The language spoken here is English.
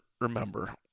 remember